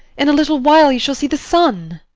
in a little while you shall see the sun.